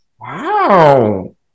wow